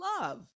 love